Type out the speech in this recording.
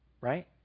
Right